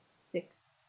Six